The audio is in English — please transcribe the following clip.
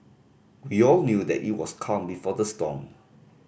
we all knew that it was calm before the storm